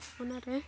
ᱚᱱᱟᱨᱮ